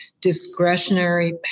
discretionary